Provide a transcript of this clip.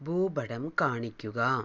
ഭൂപടം കാണിക്കുക